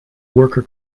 worker